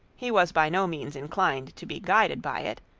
he was by no means inclined to be guided by it,